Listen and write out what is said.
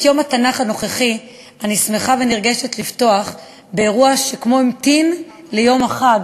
את יום התנ"ך הנוכחי אני שמחה ונרגשת לפתוח באירוע שכמו המתין ליום החג